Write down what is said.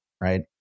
right